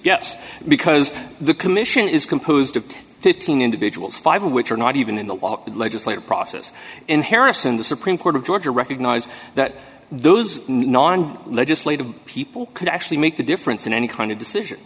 yes because the commission is composed of fifteen individuals five of which are not even in the legislative process in harrison the supreme court of georgia recognize that those non legislative people could actually make the difference in any kind of decision